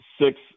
six